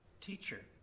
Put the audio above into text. teacher